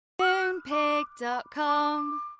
Moonpig.com